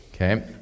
Okay